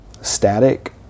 static